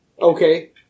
Okay